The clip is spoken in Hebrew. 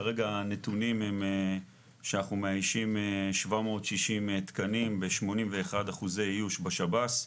כרגע הנתונים הם שאנחנו מאיישים 760 תקנים ב-81% איוש בשב"ס,